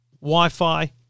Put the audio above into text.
Wi-Fi